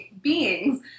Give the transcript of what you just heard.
beings